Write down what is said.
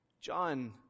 John